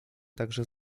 także